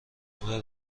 نمره